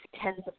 tens